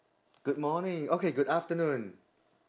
good morning okay good afternoon